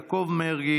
יעקב מרגי,